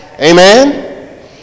amen